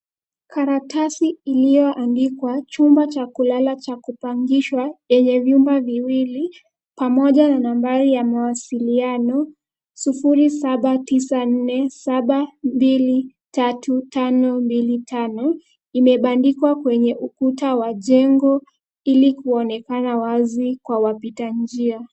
Karatasi iliyoandikwa chumba cha kulala cha kupangishwa yenye viumba viwili, pamoja na nambari ya mawasiliano: 0794723525, imebandikwa kwenye ukuta wa jengo ili kuonekana wazi kwa wapita njia.